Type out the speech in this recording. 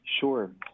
Sure